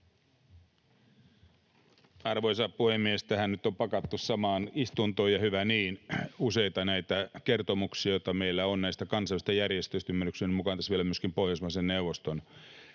Arvoisa puhemies! Tähän nyt on pakattu samaan istuntoon — ja hyvä niin — useita näitä kertomuksia, joita meillä on näistä kansainvälisistä järjestöistä. Ymmärrykseni mukaan tässä on vielä myöskin Pohjoismaiden neuvoston